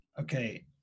Okay